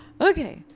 Okay